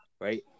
right